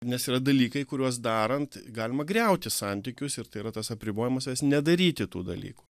nes yra dalykai kuriuos darant galima griauti santykius ir tai yra tas apribojimas nedaryti tų dalykų